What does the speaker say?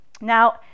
Now